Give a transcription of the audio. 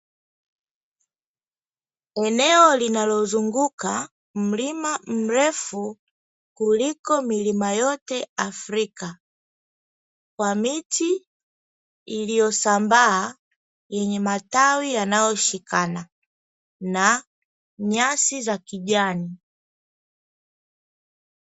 Eneo linalozunguka mlima mrefu kuliko milima yote Afrika, kwa miti iliyosambaa, yenye matawi yanayoshikana na nyasi za kijani.